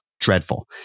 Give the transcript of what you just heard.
dreadful